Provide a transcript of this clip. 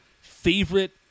favorite